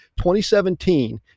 2017